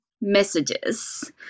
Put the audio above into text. messages